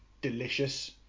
delicious